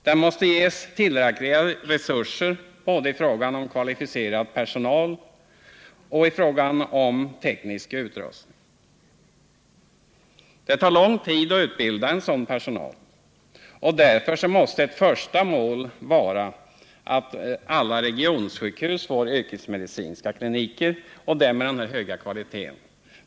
Den måste ges tillräckliga resurser både i fråga om kvalificerad personal och i fråga om teknisk utrustning. Det tar lång tid att utbilda sådan personal. Därför måste ett första mål vara att alla regionsjukhus får yrkesmedicinska kliniker med denna höga kvalitet.